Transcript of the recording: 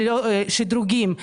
שדרוגים,